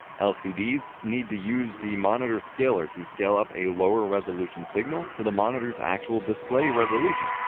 lcds need to use the monitor's scaler to scale up a lower-resolution signal to the monitor's actual display resolution,